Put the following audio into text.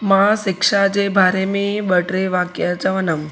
मां शिक्षा जे बारे में ॿ टे वाक्य चवंदमि